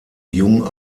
jung